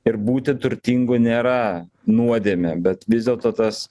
ir būti turtingu nėra nuodėmė bet vis dėlto tas